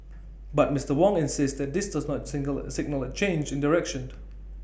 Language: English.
but Mister Wong insists this does not single signal A change in direction